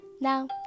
Now